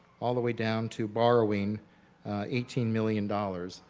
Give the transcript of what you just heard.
all the way down to borrowing eighteen million dollars,